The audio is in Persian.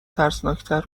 ترسناکتر